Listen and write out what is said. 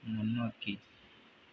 முன்னோக்கி